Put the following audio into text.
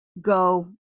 go